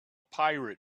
pirate